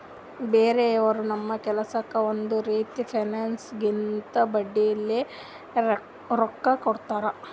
ಬ್ಯಾರೆ ಅವರು ನಮ್ ಕೆಲ್ಸಕ್ಕ್ ಒಂದ್ ರೀತಿ ಫೈನಾನ್ಸ್ದಾಗಿಂದು ಬಡ್ಡಿಲೇ ರೊಕ್ಕಾ ಕೊಡ್ತಾರ್